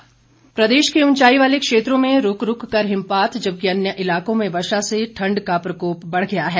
मौसम प्रदेश के ऊंचाई वाले क्षेत्रों में रूक रूक कर हिमपात जबकि अन्य इलाकों में वर्षा से ठंड का प्रकोप बढ़ गया है